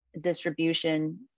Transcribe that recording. distribution